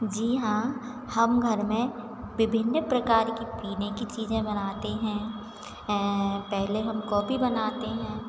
जी हाँ हम घर में विभिन्न प्रकार की पीने की चीज़ें बनाते हैं पहले हम कॉफ़ी बनाते हैं